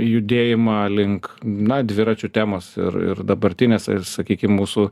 judėjimą link na dviračių temos ir ir dabartinės ir sakykim mūsų